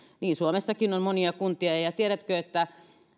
niin suomessakin on monia kuntia ja ja tiedättekö että